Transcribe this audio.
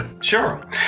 Sure